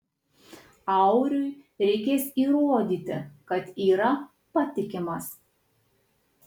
auriui reikės įrodyti kad yra patikimas